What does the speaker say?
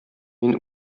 мин